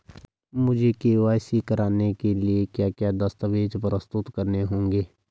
मुझे के.वाई.सी कराने के लिए क्या क्या दस्तावेज़ प्रस्तुत करने होंगे?